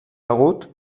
begut